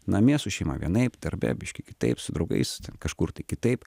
namie su šeima vienaip darbe biški kitaip su draugais kažkur tai kitaip